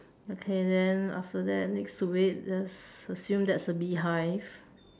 okay then after that next to it let's assume that's a beehive